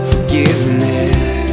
Forgiveness